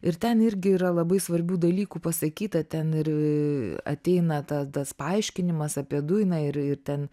ir ten irgi yra labai svarbių dalykų pasakyta ten ir ateina ta tas paaiškinimas apie dujną ir ir ten